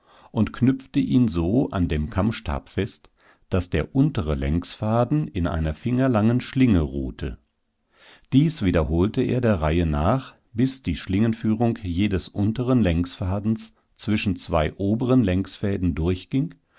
und knüpfte ihn so an dem kammstab fest daß der untere längsfaden in einer fingerlangen schlinge ruhte dies wiederholte er der reihe nach bis die schiingenführung jedes unteren längsfadens zwischen zwei oberen längsfaden durchging